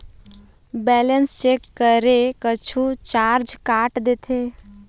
Balance check करें कुछू charge काट देथे?